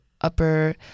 upper